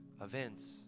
events